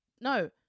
No